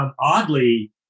oddly